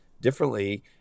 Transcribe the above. differently